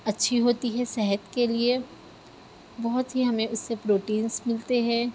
اچھی ہوتی ہیں صحت کے لیے بہت ہی ہمیں اس سے پروٹینس ملتے ہیں